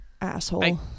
Asshole